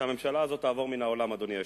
שהממשלה הזאת תעבור מהעולם, אדוני היושב-ראש.